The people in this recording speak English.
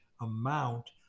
amount